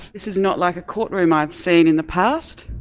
this is not like a court room i've seen in the past.